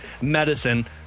medicine